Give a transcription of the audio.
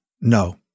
no